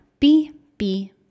BB